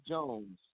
Jones